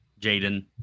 Jaden